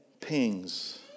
pings